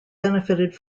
benefited